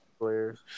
players